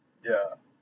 ya